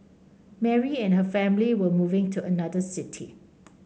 Mary and her family were moving to another city